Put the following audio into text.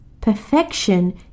perfection